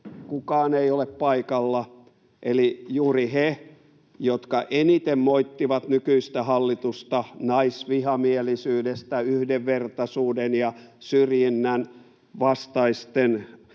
kukaan ei ole paikalla, eli juuri he, jotka eniten moittivat nykyistä hallitusta naisvihamielisyydestä, yhdenvertaisuuden puolesta olevien